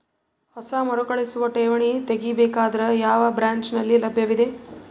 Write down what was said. ಹೊಸ ಮರುಕಳಿಸುವ ಠೇವಣಿ ತೇಗಿ ಬೇಕಾದರ ಯಾವ ಬ್ರಾಂಚ್ ನಲ್ಲಿ ಲಭ್ಯವಿದೆ?